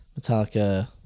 Metallica